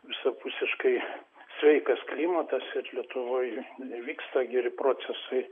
visapusiškai sveikas klimatas ir lietuvoj nevyksta geri procesai